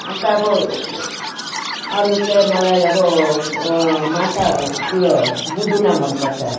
अन्त अब अरू चाहिँ मलाई अब माछा उयो बुदुना मनपर्छ